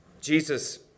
Jesus